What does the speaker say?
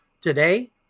Today